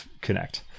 connect